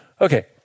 okay